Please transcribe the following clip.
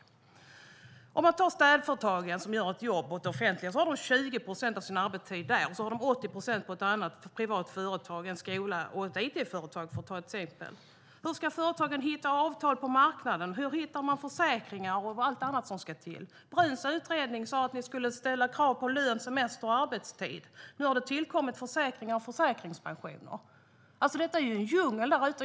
Ett exempel är ett städföretag som jobbar 20 procent av sin arbetstid åt det offentliga och sedan jobbar 80 procent på ett privat företag, till exempel en skola eller ett it-företag. Hur ska företagen hitta avtal på marknaden, försäkringar och allt annat? Enligt Bruuns utredning skulle man ställa krav på lön, semester och arbetstid. Nu har det tillkommit försäkringar och försäkringspensioner. Det är ju en djungel där ute.